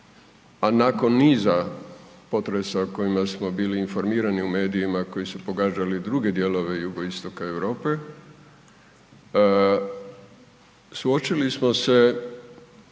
a nakon niza potresa o kojima smo bili informirani u medijima koji su pogađali druge dijelove Jugoistoka Europe suočili smo se